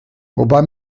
wobei